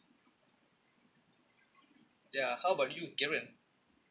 ya how about you karen